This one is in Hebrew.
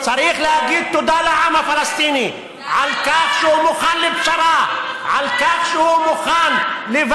צריך להגיד תודה לעם הפלסטיני על כך שהוא מוכן לפשרה,